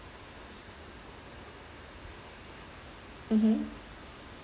mmhmm